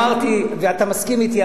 ואתה מסכים אתי,